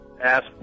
ask